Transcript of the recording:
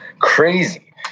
crazy